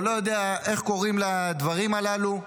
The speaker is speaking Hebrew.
או אני לא יודע איך קוראים לדברים הללו.